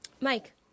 Mike